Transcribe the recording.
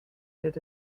did